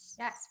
Yes